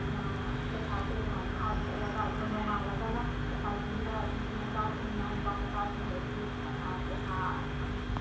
ꯄꯩꯁꯥꯁꯦ ꯑꯗꯨꯃꯥꯏꯅ ꯈꯥꯏꯕ ꯆꯠꯂꯒ ꯑꯗꯨꯒ ꯅꯣꯡꯉꯥꯜꯂꯒꯅ ꯄꯩꯁꯥ ꯂꯝꯕꯤꯗ ꯅꯨꯄꯤꯃꯆꯥꯁꯤꯡꯅ ꯅꯨꯄꯥꯃꯆꯥꯁꯤꯡꯗꯒꯤ ꯄꯩꯁꯥ